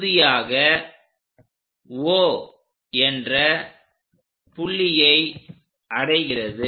இறுதியாக O என்ற புள்ளியை அடைகிறது